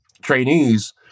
trainees